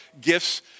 gifts